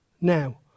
Now